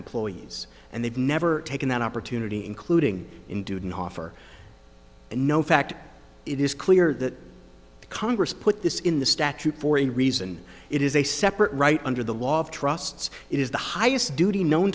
employees and they've never taken that opportunity including in didn't offer no fact it is clear that congress put this in the statute for a reason it is a separate right under the law of trusts it is the highest duty known